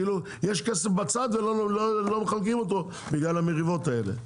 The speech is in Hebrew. יש כסף בצד ולא מחלקים אותו בגלל המריבות האלה.